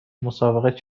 مسابقه